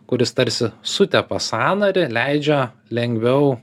kuris tarsi sutepa sąnarį leidžia lengviau